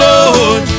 Lord